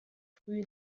früh